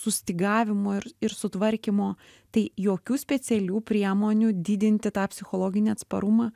sustygavimo ir ir sutvarkymo tai jokių specialių priemonių didinti tą psichologinį atsparumą